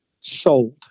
sold